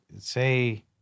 say